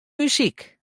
muzyk